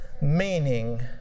meaning